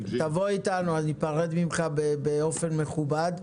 תבוא איתנו וניפרד ממך באופן מכובד.